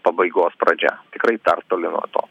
pabaigos pradžia tikrai dar toli nuo to